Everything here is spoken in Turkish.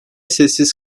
sessiz